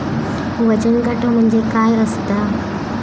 वजन काटो म्हणजे काय असता?